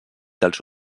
dels